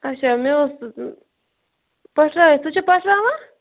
اچھا مےٚ اوس پٹھرٲیِتھ سُہ چھا پٹھراوان